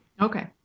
Okay